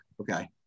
Okay